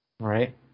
Right